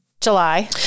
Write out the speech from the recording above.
July